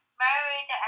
married